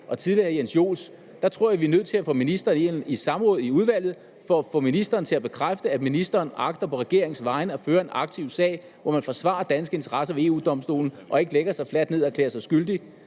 og tidligere hr. Jens Joels tror jeg, at vi er nødt til at få ministeren ind i et samråd i udvalget for at få ministeren til at bekræfte, at ministeren på regeringens vegne agter at føre en aktiv sag, hvor man forsvarer danske interesser ved EU-Domstolen og ikke lægger sig fladt ned og erklærer sig skyldig.